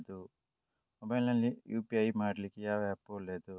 Mobile ನಲ್ಲಿ UPI ಮಾಡ್ಲಿಕ್ಕೆ ಯಾವ ಆ್ಯಪ್ ಒಳ್ಳೇದು?